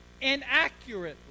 inaccurately